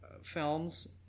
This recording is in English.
Films